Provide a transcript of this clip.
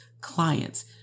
clients